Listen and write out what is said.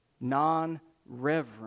Non-reverent